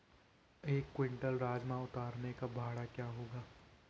एक क्विंटल राजमा उतारने का भाड़ा क्या होगा?